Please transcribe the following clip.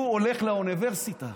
הוא הולך לאוניברסיטה,